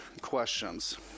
questions